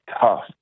tough